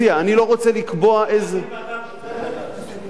אני לא רוצה לקבוע איזה אפשר להקים ועדה משותפת.